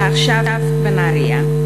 ועכשיו, בנהרייה.